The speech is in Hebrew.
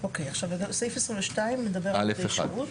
סעיף 22 מדבר על עובדי שירות: